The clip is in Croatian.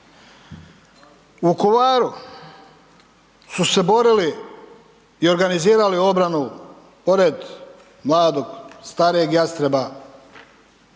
U Vukovaru su se borili i organizirali obranu pored mladog, starijeg Jastreba,